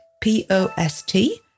P-O-S-T